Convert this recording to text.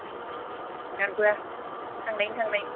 उम गारबोआ थांनायनि थांनाय